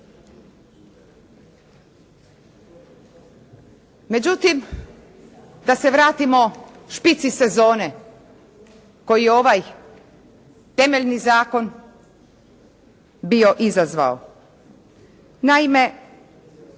Međutim da se vratimo špici sezone koju je ovaj temeljni zakon bio izazvao. Naime